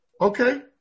Okay